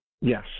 Yes